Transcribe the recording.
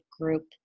group